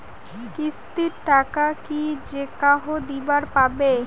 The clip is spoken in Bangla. কিস্তির টাকা কি যেকাহো দিবার পাবে?